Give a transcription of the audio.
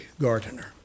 gardener